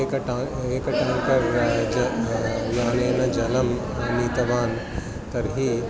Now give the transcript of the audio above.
एकं टाङ्कर् एकं टाङ्कर् ज यानेन जलं नीतवान् तर्हि